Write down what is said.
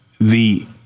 the-